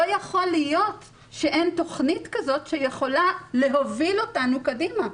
לא יכול להיות שאין תכנית כזאת שיכולה להוביל אותנו קדימה.